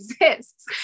exists